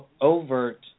overt